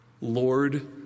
Lord